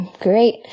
great